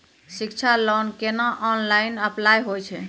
शिक्षा लोन केना online apply होय छै?